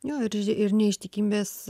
jo ir ir neištikimybės